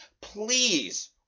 please